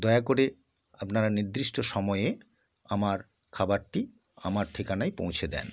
দয়া করে আপনারা নির্দিষ্ট সময়ে আমার খাবারটি আমার ঠিকানায় পৌঁছে দিন